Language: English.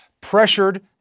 pressured